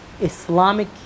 Islamic